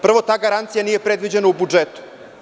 Prvo, ta garancija nije predviđena u budžetu.